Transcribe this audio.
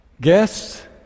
Guests